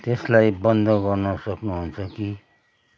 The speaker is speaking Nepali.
त्यसलाई बन्द गर्न सक्नुहुन्छ कि